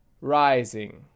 rising